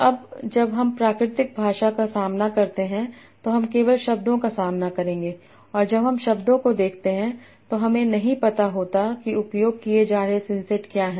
अब जब हम प्राकृतिक भाषा का सामना करते हैं तो हम केवल शब्दों का सामना करेंगे और जब हम शब्दों को देखते हैं तो हमें नहीं पता होता है कि उपयोग किए जा रहे सिंसेट क्या हैं